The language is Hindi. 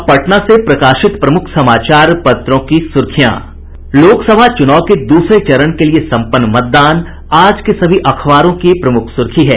अब पटना से प्रकाशित प्रमुख समाचार पत्रों की सुर्खियां लोकसभा चुनाव के दूसरे चरण के लिए संपन्न मतदान आज के सभी अखबारों की प्रमुख सुर्खी है